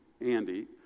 Andy